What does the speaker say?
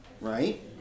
right